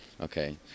Okay